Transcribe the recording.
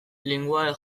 linguae